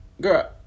girl